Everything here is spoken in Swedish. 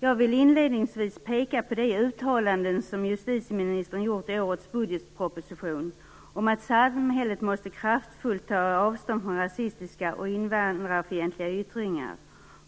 Jag vill inledningsvis peka på justitieministerns uttalande i årets budgetproposition om att samhället kraftfullt måste ta avstånd från rasistiska och invandrarfientliga yttringar